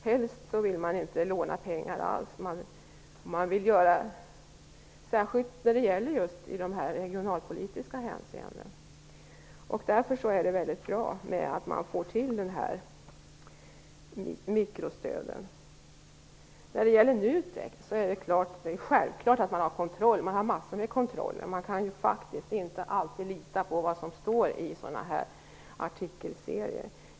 Helst vill man inte låna pengar alls, särskilt i dessa regionalpolitiska hänseenden. Därför är det bra att man får till mikrostöden. När det gäller NUTEK är det självklart att man har kontroll! Man har massor med kontroller. Man kan faktiskt inte alltid lita på vad som står i sådana artikelserier.